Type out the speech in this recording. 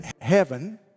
heaven